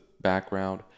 background